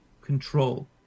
control